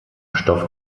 stoff